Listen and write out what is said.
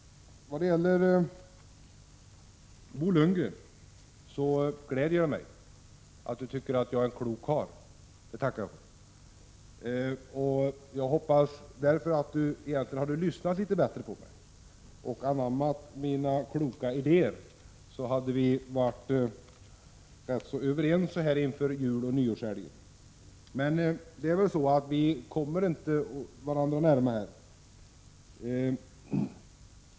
Det gläder mig att Bo Lundgren tycker att jag är en klok karl. Det tackar jag för. Om Bo Lundgren hade lyssnat litet bättre på mig och anammat mina kloka idéer hade vi varit ganska överens nu inför juloch nyårshelgen. Men vi kommer förmodligen inte varandra närmare.